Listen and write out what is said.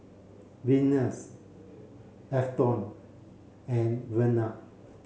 Venus Afton and Vernal